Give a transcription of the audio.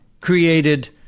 created